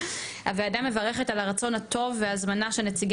10. הוועדה מברכת כל הרצון הטוב וההזמנה של של נציגי